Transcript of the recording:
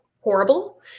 horrible